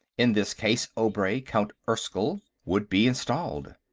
in this case obray, count erskyll, would be installed.